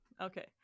Okay